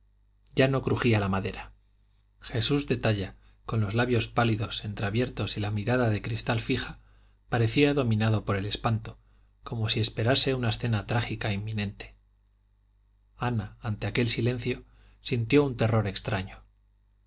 ya no crujía la madera jesús de talla con los labios pálidos entreabiertos y la mirada de cristal fija parecía dominado por el espanto como si esperase una escena trágica inminente ana ante aquel silencio sintió un terror extraño